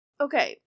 Okay